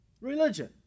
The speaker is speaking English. Religion